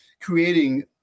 creating